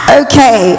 okay